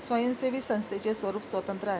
स्वयंसेवी संस्थेचे स्वरूप स्वतंत्र आहे